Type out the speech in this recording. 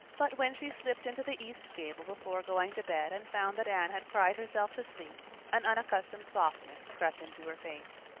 but when she slipped into the east gable before going to bed and found that anne had cried herself to sleep an unaccustomed softness crept into her face.